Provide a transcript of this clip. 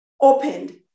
opened